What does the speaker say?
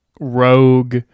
rogue